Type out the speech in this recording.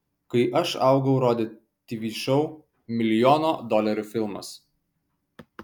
kai aš augau rodė tv šou milijono dolerių filmas